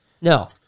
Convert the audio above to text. No